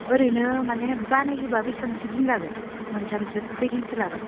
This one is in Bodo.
ओरैनो माने बानायोबा बेसाेबांसो दिन लागोन मोनथामजों खैदिनसो लागोन